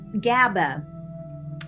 GABA